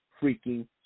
freaking